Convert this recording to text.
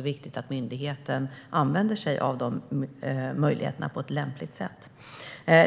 viktigt att myndigheten använder sig av denna möjlighet på ett lämpligt sätt.